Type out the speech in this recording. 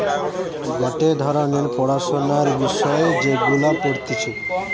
গটে ধরণের পড়াশোনার বিষয় যেগুলা পড়তিছে